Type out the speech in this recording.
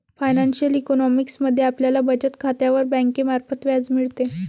financial economics मध्ये आपल्याला बचत खात्यावर बँकेमार्फत व्याज मिळते